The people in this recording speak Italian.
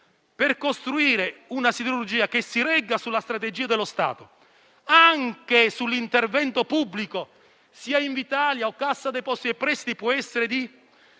per costruire una siderurgia che si regga sulla strategia dello Stato, anche sull'intervento pubblico - che sia Invitalia o Cassa depositi e prestiti - che può essere